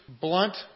blunt